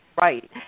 Right